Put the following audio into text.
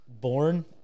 Born